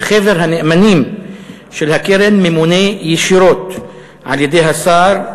וחבר הנאמנים של הקרן ממונה ישירות על-ידי השר,